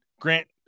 Grant